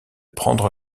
prendre